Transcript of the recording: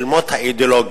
של מות האידיאולוגיה